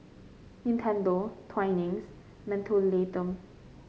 Nintendo Twinings Mentholatum